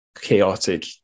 chaotic